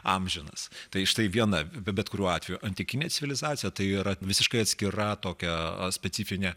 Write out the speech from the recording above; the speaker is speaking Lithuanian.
amžinas tai štai viena bet kuriuo atveju antikinė civilizacija tai yra visiškai atskira tokia specifinė